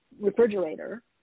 refrigerator